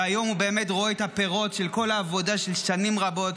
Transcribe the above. והיום הוא באמת רואה את הפירות של כל העבודה של שנים רבות,